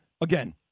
again